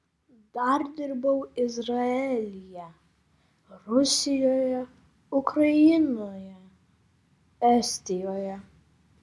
dar dirbau izraelyje rusijoje ukrainoje estijoje